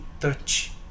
touch